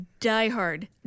diehard